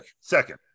Second